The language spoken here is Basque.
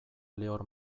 lehor